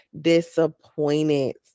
disappointed